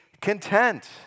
content